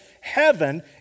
heaven